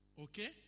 Okay